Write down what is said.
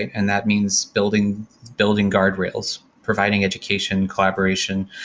and that means building building guardrails, providing education, collaboration,